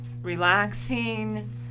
relaxing